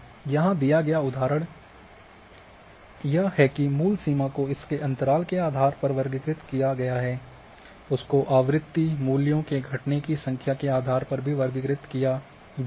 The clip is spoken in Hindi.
यहाँ दिया गया उदाहरण यह है कि मूल सीमा को इसके अंतराल के आधार पर वर्गीकृत किया गया है उसको आवृत्ति मूल्यों के घटने की संख्या के आधार पर भी वर्गीकृत किया जाता है